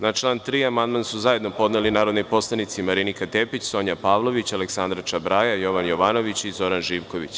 Na član 3. amandman su zajedno podneli narodni poslanici Marinika Tepić, Sonja Pavlović, Aleksandra Čabraja, Jovan Jovanović i Zoran Živković.